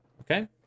Okay